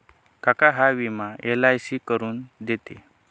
काका हा विमा एल.आय.सी करून देते